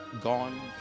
gone